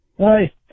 Hi